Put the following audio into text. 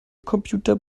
computer